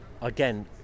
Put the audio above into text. again